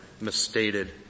misstated